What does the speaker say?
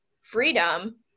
freedom